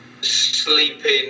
sleeping